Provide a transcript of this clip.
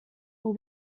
will